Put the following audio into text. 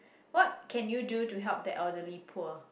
what can you do to help the elderly poor